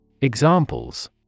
Examples